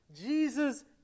Jesus